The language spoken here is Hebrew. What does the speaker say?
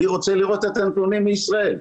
אני רוצה לראות את הנתונים מישראל.